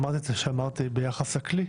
אמרתי את זה ביחס לכלי,